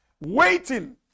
waiting